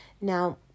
Now